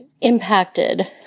impacted